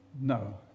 no